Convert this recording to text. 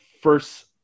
first